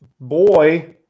boy